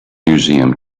museum